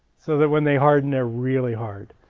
so that when they harden they're really hard.